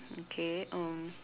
okay um